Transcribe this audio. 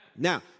Now